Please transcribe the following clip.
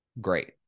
Great